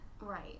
right